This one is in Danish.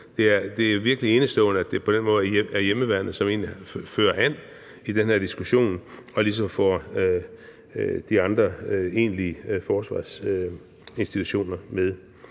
Det er virkelig enestående, at det på den måde er Hjemmeværnet, som fører an i den her diskussion og ligesom får de andre egentlige forsvarsinstitutioner med.